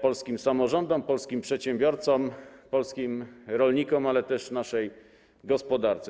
polskim samorządom, polskim przedsiębiorcom, polskim rolnikom, ale też naszej gospodarce.